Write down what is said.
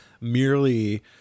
merely